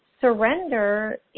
surrender